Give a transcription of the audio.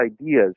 ideas